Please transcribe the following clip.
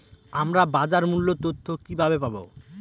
আমরা বাজার মূল্য তথ্য কিবাবে পাবো?